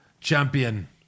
champion